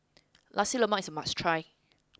Nasi Lemak is a must try